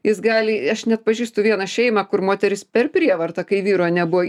jis gali aš net pažįstu vieną šeimą kur moteris per prievartą kai vyro nebuvo